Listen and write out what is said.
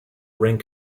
rank